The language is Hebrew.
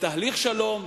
לתהליך שלום,